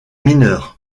mineur